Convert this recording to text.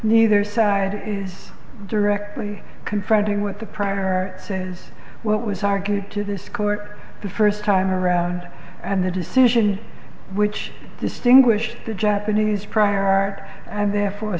neither side is directly confronting what the prayer says what was argued to this court the first time around and the decision which distinguished the japanese prior art and therefore